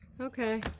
Okay